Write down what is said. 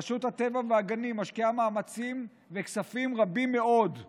רשות הטבע והגנים משקיעה מאמצים וכספים רבים מאוד כדי